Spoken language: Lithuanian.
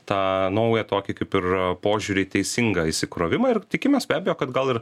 tą naują tokį kaip ir požiūrį į teisingą įsikrovimą ir tikimės be abejo kad gal ir